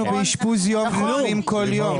כולכם